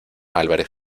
álvarez